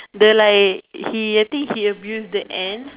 the like he I think he abuse the Ant